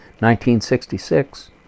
1966